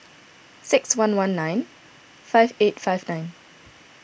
six one one nine five eight five nine